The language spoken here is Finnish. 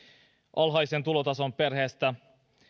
alhaisen tulotason perheestä